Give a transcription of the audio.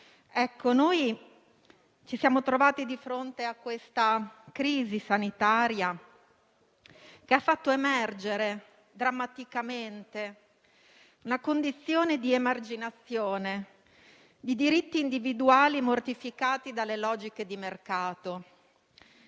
Ecco, noi ci siamo trovati di fronte a questa crisi sanitaria, che ha fatto emergere drammaticamente una condizione di emarginazione, di diritti individuali mortificati dalle logiche di mercato